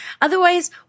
Otherwise